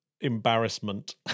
embarrassment